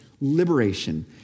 liberation